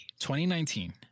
2019